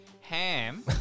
Ham